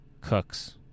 Cooks